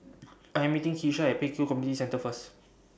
I Am meeting Keshia At Pek Kio Community Centre First